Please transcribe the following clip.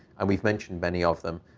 and we've mentioned many of them.